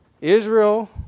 Israel